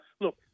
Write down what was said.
look